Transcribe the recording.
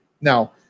Now